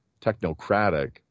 technocratic